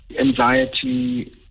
anxiety